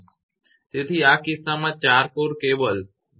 તેથી આ કિસ્સામાં ચાર કોર કેબલ જે લાલ છે